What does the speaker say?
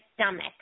stomach